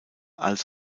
als